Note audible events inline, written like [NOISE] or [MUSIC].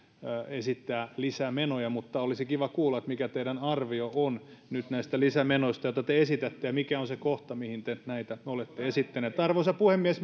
esittää lisämenoja mutta olisi kiva kuulla mikä teidän arvio on nyt näistä lisämenoista joita te esitätte ja mikä on se kohta mihin te näitä olette esittäneet arvoisa puhemies [UNINTELLIGIBLE]